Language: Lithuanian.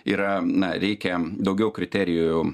yra na reikia daugiau kriterijų